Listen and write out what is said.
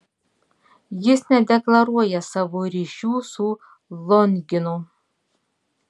jis nedeklaruoja savo ryšių su longinu